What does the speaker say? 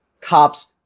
Cops